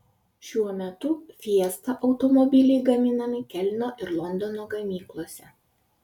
šiuo metu fiesta automobiliai gaminami kelno ir londono gamyklose